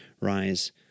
rise